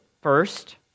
First